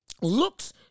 looks